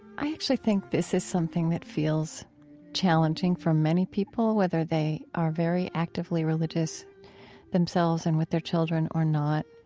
i actually think this is something that feels challenging for many people, whether they are very actively religious themselves and with their children or not.